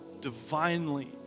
divinely